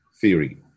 theory